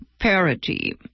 parity